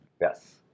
Yes